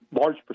large